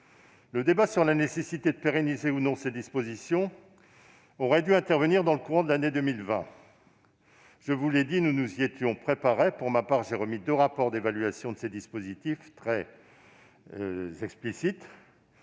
Le débat sur la nécessité de pérenniser ou non ces dispositions aurait dû intervenir dans le courant de l'année 2020. Je vous l'ai dit, nous nous y étions préparés. Pour ma part, j'ai remis deux rapports d'évaluation très explicites